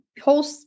whole